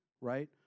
right